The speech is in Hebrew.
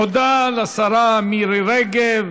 תודה לשרה מירי רגב,